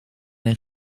een